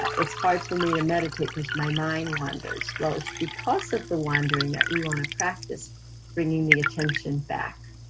it's hard for me to meditate cause my mind wanders. well, it's because of the wandering that we wanna practice bringing the attention back,